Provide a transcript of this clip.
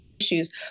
issues